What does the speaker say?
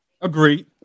Agreed